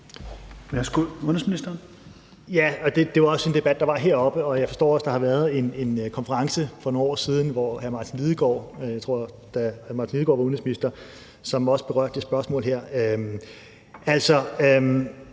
Ja, og det er jo også den debat, der var heroppe, og jeg forstår også, at der har været en konference for nogle år siden, da hr. Martin Lidegaard var udenrigsminister, som også berørte det spørgsmål her.